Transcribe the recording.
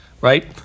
right